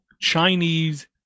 Chinese